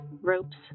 ropes